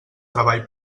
treball